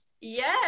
Yes